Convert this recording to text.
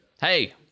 hey